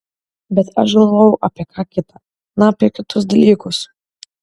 bet aš galvojau apie ką kita na apie kitus dalykus